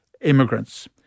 immigrants